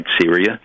Syria